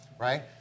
Right